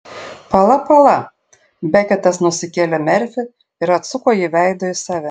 pala pala beketas nusikėlė merfį ir atsuko jį veidu į save